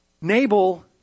Nabal